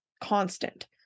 constant